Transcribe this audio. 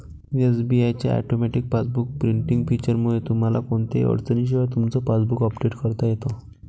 SBI च्या automatic passbook printing फीचरमुळे तुम्हाला कोणत्याही अडचणीशिवाय तुमचं पासबुक अपडेट करता येतं